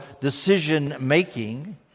decision-making